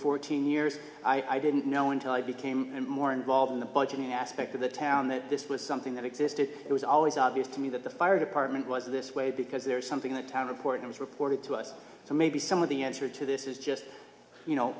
fourteen years i didn't know until i became more involved in the budget aspect of the town that this was something that existed it was always obvious to me that the fire department was this way because there is something the town report has reported to us so maybe some of the answer to this is just you know